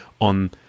on